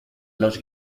los